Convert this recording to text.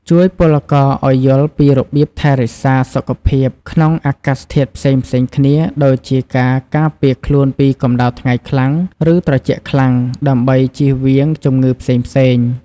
ជួយពលករឱ្យយល់ពីរបៀបថែរក្សាសុខភាពក្នុងអាកាសធាតុផ្សេងៗគ្នាដូចជាការការពារខ្លួនពីកម្តៅថ្ងៃខ្លាំង ឬត្រជាក់ខ្លាំង ដើម្បីជៀសវាងជំងឺផ្សេងៗ។